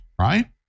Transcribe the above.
right